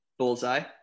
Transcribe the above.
bullseye